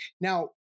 Now